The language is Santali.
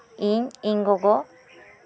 ᱤᱧ ᱤᱧ ᱜᱚᱜᱚ